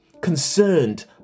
concerned